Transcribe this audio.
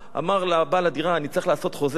אמר לבעל הדירה: אני צריך לעשות חוזה כדי